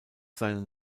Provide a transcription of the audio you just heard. seinen